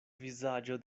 vizaĝo